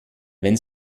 wenn